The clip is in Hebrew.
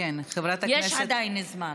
יש עדיין זמן.